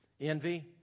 Envy